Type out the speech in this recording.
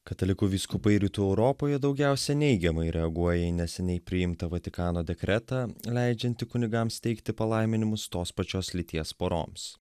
katalikų vyskupai rytų europoje daugiausia neigiamai reaguoja į neseniai priimtą vatikano dekretą leidžiantį kunigams teikti palaiminimus tos pačios lyties poroms